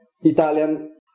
Italian